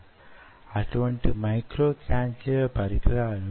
PDMS లేక polydimethylsiloxane వీటిలో వొకటి